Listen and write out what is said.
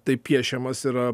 taip piešiamas yra